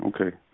Okay